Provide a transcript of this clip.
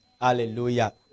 Hallelujah